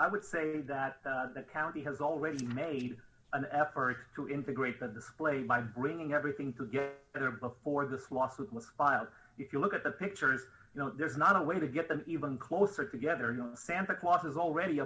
i would say that the county has already made an effort to integrate the display by bringing everything to get there before this lawsuit was filed if you look at the pictures you know there's not a way to get them even closer together no santa claus is already